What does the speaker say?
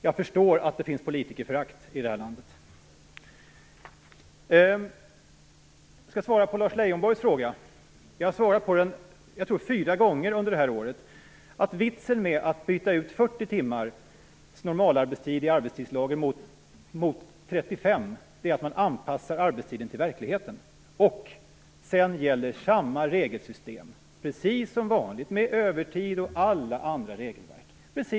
Jag förstår att det finns politikerförakt i det här landet. Jag skall svara på Lars Leijonborgs fråga. Jag tror att jag har svarat på den fyra gånger under det här året. Vitsen med att byta ut 40 timmars normalarbetstid i arbetstidslagen mot 35 är att man anpassar arbetstiden till verkligheten. Sedan skall samma regelsystem gälla precis som vanligt med övertid och alla andra regelverk.